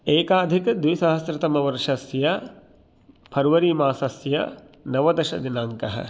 एकाधिकद्विसहस्रतमवर्षस्य फ़र्वरीमासस्य नवदशदिनाङ्कः